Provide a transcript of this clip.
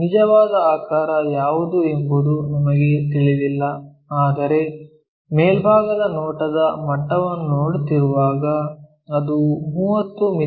ನಿಜವಾದ ಆಕಾರ ಯಾವುದು ಎಂದು ನಮಗೆ ತಿಳಿದಿಲ್ಲ ಆದರೆ ಮೇಲ್ಭಾಗದ ನೋಟದ ಮಟ್ಟವನ್ನು ನೋಡುತ್ತಿರುವಾಗ ಅದು 30 ಮಿ